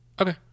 Okay